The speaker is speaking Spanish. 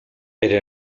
pero